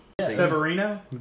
Severino